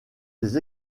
des